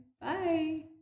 bye